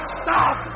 stop